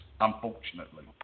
unfortunately